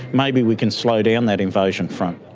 maybe we can slow down that invasion front.